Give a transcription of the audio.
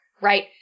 right